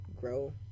grow